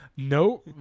No